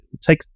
Take